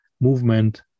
movement